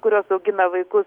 kurios augina vaikus